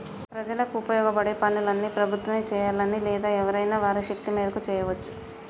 ప్రజలకు ఉపయోగపడే పనులన్నీ ప్రభుత్వమే చేయాలని లేదు ఎవరైనా వారి శక్తి మేరకు చేయవచ్చు